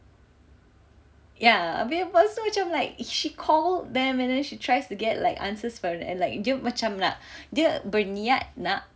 ya habis tu apa macam like she called them and then she tries to get like answers from them dia macam nak dia berniat nak